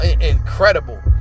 incredible